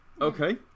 Okay